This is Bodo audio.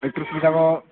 एक्ट्रिस बिदाखौ